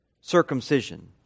circumcision